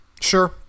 Sure